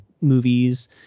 movies